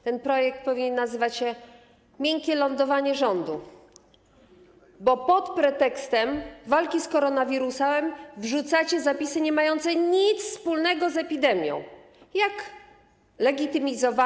Ten projekt powinien nazywać się: Miękkie lądowanie rządu, bo pod pretekstem walki z koronawirusem wrzucacie zapisy niemające nic wspólnego z epidemią jak legitymizowanie.